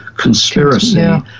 conspiracy